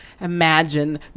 imagine